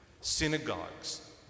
synagogues